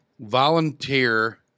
volunteer